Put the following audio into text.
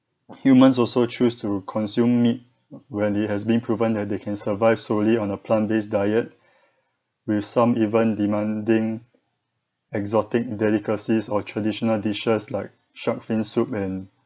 humans also choose to consume meat when it has been proven that they can survive solely on a plant based diet with some even demanding exotic delicacies or traditional dishes like shark fin soup and